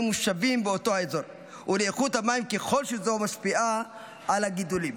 מושבים באותו האזור ולאיכות המים ככל שזו משפיעה על הגידולים.